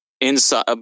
Inside